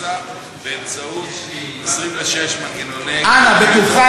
בבורסה באמצעות 26 מנגנוני אנא בטובך,